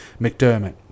McDermott